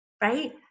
right